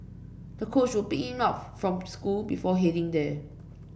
the coach would pick him up from school before heading there